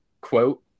quote